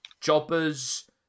Jobbers